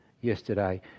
yesterday